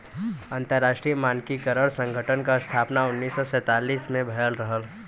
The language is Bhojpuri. अंतरराष्ट्रीय मानकीकरण संगठन क स्थापना उन्नीस सौ सैंतालीस में भयल रहल